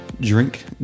Drink